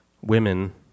Women